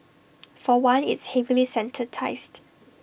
for one it's heavily sanitised